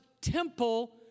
temple